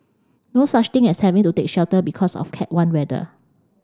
no such thing as having to take shelter because of cat one weather